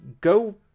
go